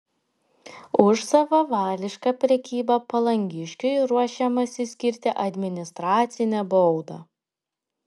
už savavališką prekybą palangiškiui ruošiamasi skirti administracinę baudą